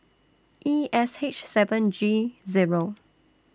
E S H seven G Zero